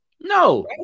No